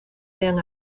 vean